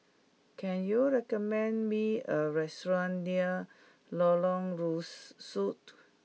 can you recommend me a restaurant near Lorong Rusuk